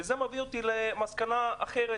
וזה מביא אותי למסקנה אחרת,